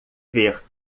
ver